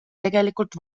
tegelikult